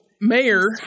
Mayor